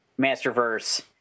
Masterverse